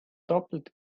doppelt